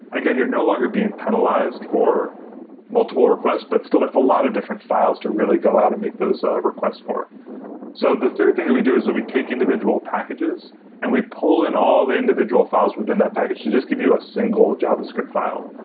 again, you're no longer being penalized for multiple requests, but still that's a lot of different files to really go out and make those requests for so the third thing that we do is we take individual packages and we pull in all the individual files within that to just give you a single javascript file.